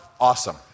Awesome